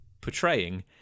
portraying